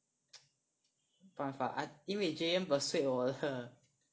没有办法因为 Jayen persuade 我的